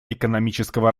экономического